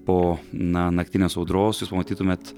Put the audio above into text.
po na naktinės audros jūs pamatytumėt